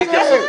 בלי התייחסות.